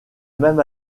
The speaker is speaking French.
même